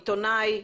עיתונאי,